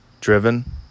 driven